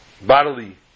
bodily